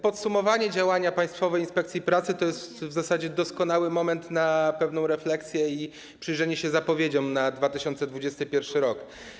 Podsumowanie działania Państwowej Inspekcji Pracy to jest w zasadzie doskonały moment na pewną refleksję i przyjrzenie się zapowiedziom na 2021 r.